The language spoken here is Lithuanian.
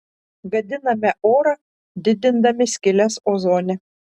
gadiname orą didindami skyles ozone